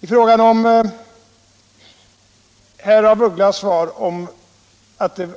När det gäller herr af Ugglas svar